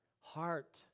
heart